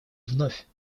вновь